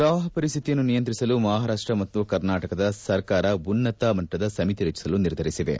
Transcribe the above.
ಪ್ರವಾಪ ಪರಿಸ್ತಿತಿಯನ್ನು ನಿಯಂತ್ರಿಸಲು ಮಹಾರಾಪ್ಲ ಮತ್ತು ಕರ್ನಾಟಕ ಸರ್ಕಾರ ಉನ್ನತ ಮಟ್ಟದ ಸಮಿತಿ ರಚಿಸಲು ನಿರ್ಧರಿಸಿವೆ